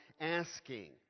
asking